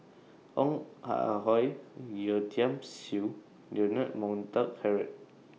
Ong Ah Hoi Yeo Tiam Siew Leonard Montague Harrod